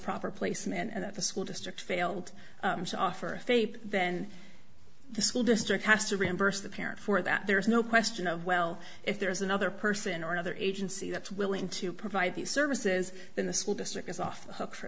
proper place and that the school district failed to offer a faith then the school district has to reimburse the parent for that there is no question of well if there is another person or another agency that's willing to provide these services then the school district is off the hook for